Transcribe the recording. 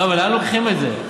לא, אבל לאן לוקחים את זה?